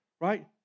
Right